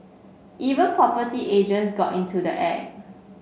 even property agents got into the act